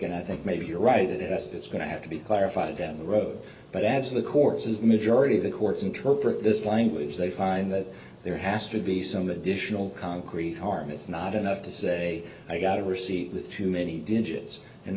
and i think maybe you're right as it's going to have to be clarified down the road but as the courts as majority of the courts interpret this language they find that there has to be some additional concrete harm it's not enough to say i got a receipt with too many digits and